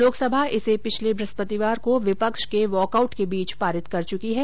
लोकसभा इसे पिछले वृहस्पतिवार को विपक्ष के वॉक आउट के बीच पारित कर चुकी है